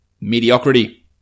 mediocrity